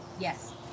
yes